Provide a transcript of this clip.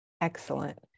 Excellent